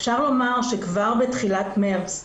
אפשר לומר שכבר בתחילת מרץ,